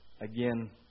again